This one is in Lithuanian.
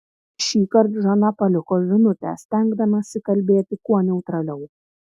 šįkart žana paliko žinutę stengdamasi kalbėti kuo neutraliau